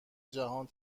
جهانی